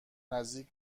نزدیک